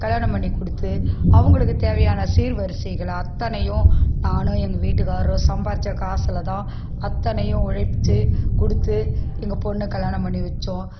கல்யாணம் பண்ணி கொடுத்து அவங்களுக்கு தேவையான சீர்வரிசைகள் அத்தனையும் நானும் எங்கள் வீட்டுக்காரரும் சம்பாதிச்ச காஸுல் தான் அத்தனையும் உழைத்து கொடுத்து எங்கள் பொண்ணை கல்யாணம் பண்ணி வச்சோம்